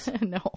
no